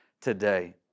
today